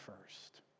first